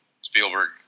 Spielberg